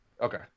Okay